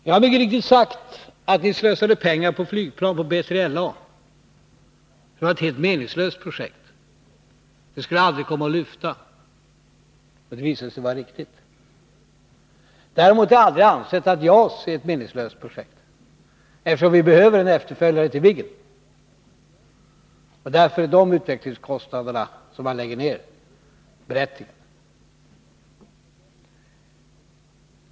Jag har mycket riktigt sagt att vi slösade pengar på flygplanet BILA, som var ett helt meningslöst projekt. Det skulle aldrig komma att lyfta. Min bedömning visade sig alltså vara riktig. Däremot har jag aldrig ansett att JAS är ett meningslöst projekt, eftersom vi behöver en efterföljare till Viggen. Därför är de utvecklingskostnader som man lägger ner på JAS-projektet berättigade.